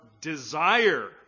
desire